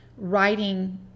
writing